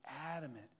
adamant